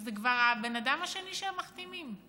וזה כבר הבן אדם השני שהם מחתימים?